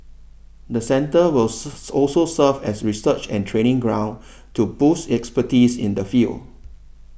the centre will also serve as a research and training ground to boost expertise in the field